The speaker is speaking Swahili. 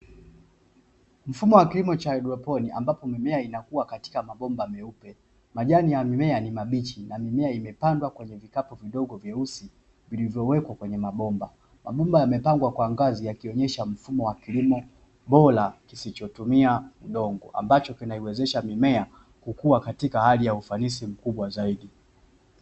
Mfumo wa kilimo cha haidroponi ambapo mimea inakua katika mabomba meupe, majani ya mimea ni mabichi na mimea imepandwa kwenye vikapu vidogo vyeusi vilivyowekwa kwenye mabomba. Mabomba yamepangwa kwa ngazi yakionyesha mfumo wa kilimo bora kisichotumia udongo, ambacho kinaiwezesha mimea kukua katika hali ya ufanisi mkubwa zaidi.